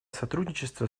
сотрудничество